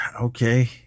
okay